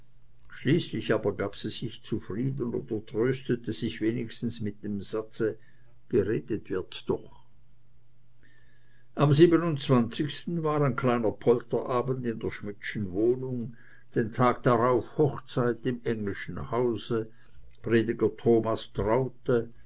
schließlich aber gab sie sich zufrieden oder tröstete sich wenigstens mit dem satze geredet wird doch am siebenundzwanzigsten war kleiner polterabend in der schmidtschen wohnung den tag darauf hochzeit im englischen hause prediger thomas traute